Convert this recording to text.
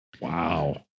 Wow